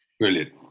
Brilliant